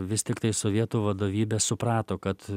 vis tiktai sovietų vadovybė suprato kad